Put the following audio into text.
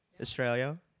Australia